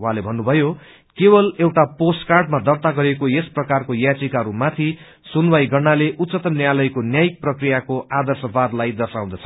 उहाँले भन्नुभयो केवल एउटा पोस्टकार्डमा दर्ता गरिएको यस प्रकारको याचिकाहरूमाथि सुनवाई गर्नु उच्चंतम न्यायालयको न्यायिक प्रक्रियाको आद्रशलाई दर्शउँछ